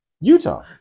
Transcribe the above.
Utah